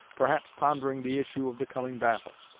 perhaps pondering the issue of the coming battle.